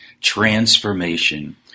transformation